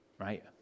right